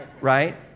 right